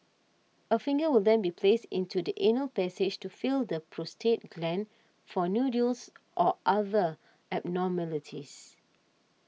a finger will then be placed into the anal passage to feel the prostate gland for nodules or other abnormalities